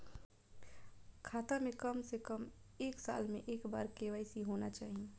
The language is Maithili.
खाता में काम से कम एक साल में एक बार के.वाई.सी होना चाहि?